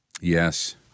Yes